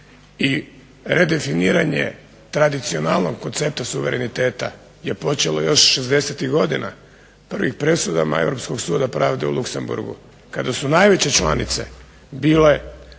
I redefiniranje tradicionalnog koncepta suvereniteta je počelo još šezdesetih godina, prvim presudama Europskog suda pravde u Luxemborhgu kada su najveće članice bile